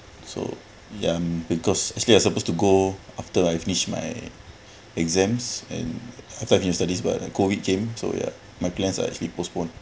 so ya because actually I supposed to go after I finish my exams and I thought finish studies but COVID came so ya my plans are actually postponed